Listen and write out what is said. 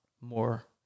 more